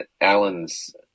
alan's